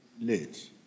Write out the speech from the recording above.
late